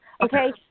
Okay